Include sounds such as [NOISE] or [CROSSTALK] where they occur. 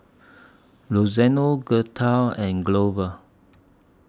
[UNINTELLIGIBLE] Gertha and Glover